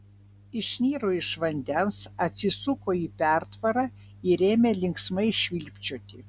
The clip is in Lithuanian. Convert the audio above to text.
išniro iš vandens atsisuko į pertvarą ir ėmė linksmai švilpčioti